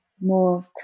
more